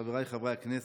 חבריי חברי הכנסת,